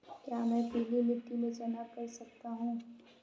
क्या मैं पीली मिट्टी में चना कर सकता हूँ?